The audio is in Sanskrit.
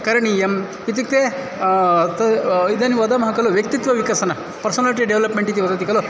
करणीयम् इत्युक्ते इदानीं वदमः खलु व्यक्तित्व विकासनं पर्सनालिटि डेवलप्मेण्ट् इति वदति खलु